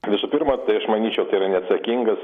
visų pirma tai aš manyčiau tai yra neatsakingas